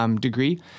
degree